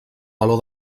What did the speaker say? valor